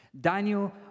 Daniel